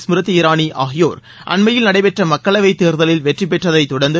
ஸ்மிரிதி இரானி ஆகியோர் அண்மையில் நடைபெற்ற மக்களவைத் தேர்தலில் வெற்றிபெற்றதைத் தொடர்ந்து